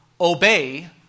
obey